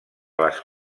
les